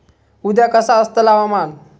उद्या कसा आसतला हवामान?